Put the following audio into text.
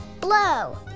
blow